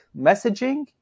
messaging